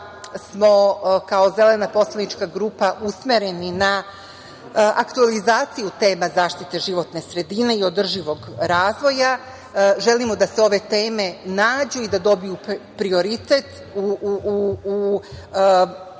smo kao Zelena poslanička grupa usmereni na aktuelizaciju teme zaštite životne sredine i održivog razvoja. Želimo da se ove teme nađu i da dobiju prioritet u